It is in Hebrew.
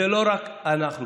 אלה לא רק אנחנו.